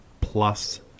plus